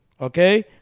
Okay